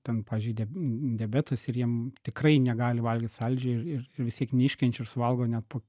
ten pavyzdžiui dia diabetas ir jiem tikrai negali valgyt saldžiai ir ir vis tiek neiškenčia ir suvalgo net po